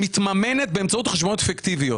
שמתממנת באמצעות חשבונות פיקטיביות.